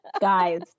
Guys